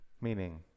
Meaning